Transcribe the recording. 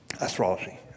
astrology